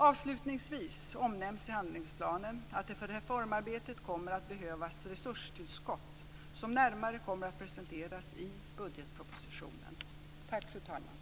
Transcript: Avslutningsvis omnämns i handlingsplanen att det för reformarbetet kommer att behövas resurstillskott, som närmare kommer att presenteras i budgetpropositionen.